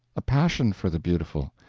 a passion for the beautiful,